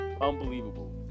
Unbelievable